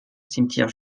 cimetière